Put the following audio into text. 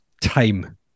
time